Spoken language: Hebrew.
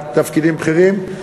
בתפקידים בכירים,